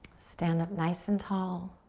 stand up nice and tall.